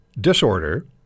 disorder